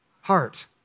Heart